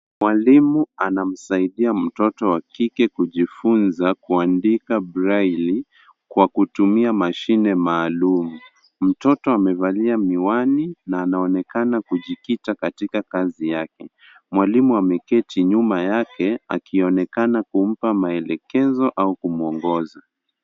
Mwalimu anamsaidia mtoto wa kike kujifunza kuandika braille kwa kutumia mashine maalum. Mtoto amevalia miwani na anaonekana kujikita katika kazi yake. Mwalimu ameketi nyuma yake akionekana kumpa maelekezo au kumwongoza.